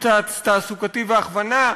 ייעוץ תעסוקתי והכוונה,